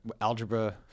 algebra